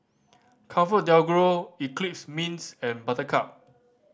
ComfortDelGro Eclipse Mints and Buttercup